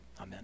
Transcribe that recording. Amen